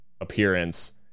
appearance